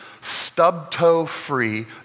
stub-toe-free